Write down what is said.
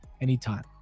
anytime